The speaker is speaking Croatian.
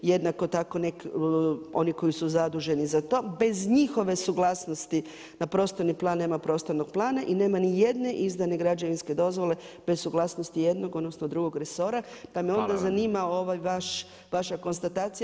Jednako tako nek' oni koji su zaduženi za to bez njihove suglasnosti na prostorni plan nema prostornog plana i nema ni jedne izdane građevinske dozvole bez suglasnosti jednog, odnosno drugog resora [[Upadica Radin: Hvala vam.]] Pa me onda zanima ova vaša konstatacija.